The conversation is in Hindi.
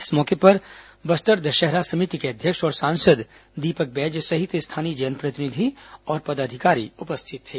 इस मौके पर बस्तर दशहरा समिति के अध्यक्ष और सांसद दीपक बैज सहित स्थानीय जनप्रतिनिधि तथा पदाधिकारी उपस्थित थे